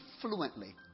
fluently